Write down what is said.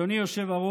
אדוני יושב-הראש,